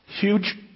Huge